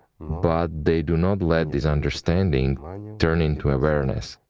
but they do not let this understanding like turn into awareness.